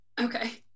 Okay